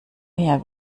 mehr